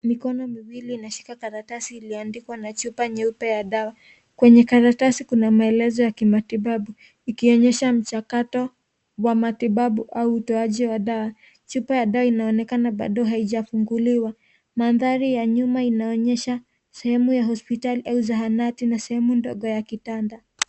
Mikono miwili inashika karatasi iliyoandikwa na chupa nyeupe ya dawa, kwenye karatasi kuna maelezo ya kimatibabu, ikionyesha mchakato wa matibabu au utoaji wa dawa. Chupa ya dawa inaonekana bado haijafunguliwa. Mandhari ya nyuma inaonyesha sehemu ya hospitali au zahanati na sehemu ndogo ya kitanda.